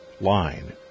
line